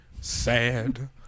sad